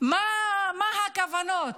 מה הכוונות,